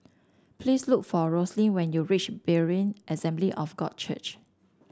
please look for Roslyn when you reach Berean Assembly of God Church